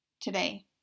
today